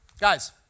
guys